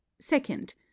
Second